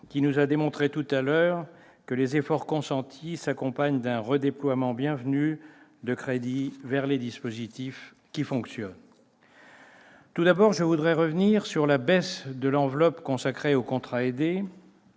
qui nous a démontré que les efforts consentis s'accompagnaient d'un redéploiement bienvenu de crédits vers les dispositifs qui fonctionnent. Je voudrais d'abord revenir sur la baisse de l'enveloppe consacrée aux contrats aidés